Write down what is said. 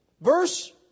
verse